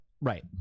right